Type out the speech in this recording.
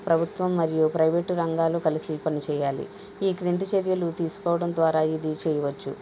ప్రభుత్వం మరియు ప్రైవేటు రంగాలు కలిసి పని చేయాలి ఈ క్రింది చర్యలు తీసుకోవడం ద్వారా ఇది చేయవచ్చు